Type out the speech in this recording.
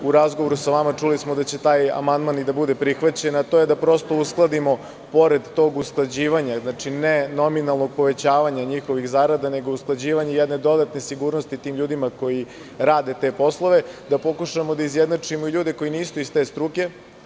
U razgovoru sa vama čuli smo da će taj amandman i da bude prihvaćen, a to je da uskladimo, pored tog usklađivanja, ne nominalno povećavanje njihovih zarada, nego usklađivanje jedne dodatne sigurnosti tim ljudima koji rade te poslove, da pokušamo da izjednačimo i ljude koji nisu iz te struke.